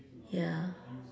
ya